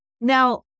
Now